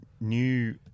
new